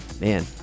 man